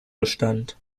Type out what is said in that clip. bestand